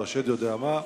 או השד יודע מה.